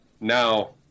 now